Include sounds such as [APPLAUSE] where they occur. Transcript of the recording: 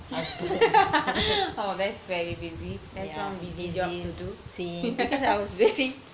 [LAUGHS] oh that's very busy that's one busy job to do [LAUGHS]